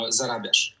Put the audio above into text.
zarabiasz